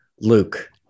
Luke